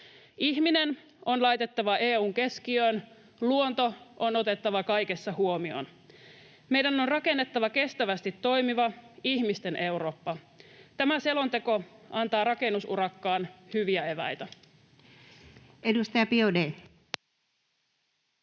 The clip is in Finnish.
Ihminen on laitettava EU:n keskiöön. Luonto on otettava kaikessa huomioon. Meidän on rakennettava kestävästi toimiva ihmisten Eurooppa. Tämä selonteko antaa rakennusurakkaan hyviä eväitä.